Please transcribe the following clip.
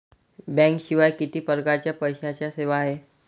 बँकेशिवाय किती परकारच्या पैशांच्या सेवा हाय?